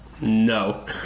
no